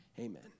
Amen